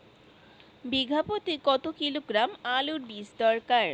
বিঘা প্রতি কত কিলোগ্রাম আলুর বীজ দরকার?